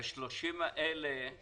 20 מיליון השקלים האלה,